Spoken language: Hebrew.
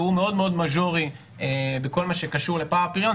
והוא מאוד מאוד מג'ורי בכל מה שקשור לפער הפריון,